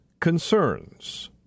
concerns